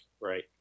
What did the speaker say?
Right